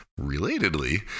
Relatedly